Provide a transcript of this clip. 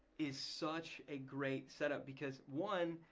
is such a great setup because one,